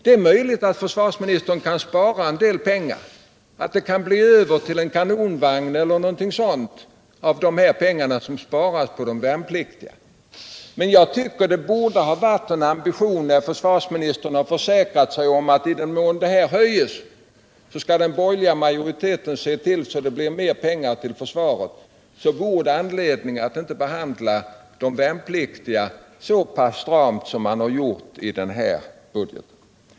Det är möjligt att försvarsministern med sin njugghet kan spara en del pengar, att det kan bli över till en kanonvagn eller någonting sådant av de pengar som sparas på de värnpliktiga. Jag tycker att det borde ha varit en ambition — när den borgerliga majoriteten vill se till att det blir mer pengar till försvaret — att inte behandla de värnpliktiga så pass stramt som man har gjort i den här budgeten.